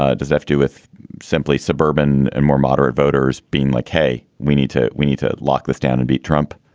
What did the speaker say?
ah does it have to do with simply suburban and more moderate voters being like, hey, we need to we need to lock this down and beat trump?